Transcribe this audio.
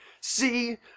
see